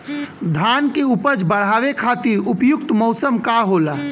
धान के उपज बढ़ावे खातिर उपयुक्त मौसम का होला?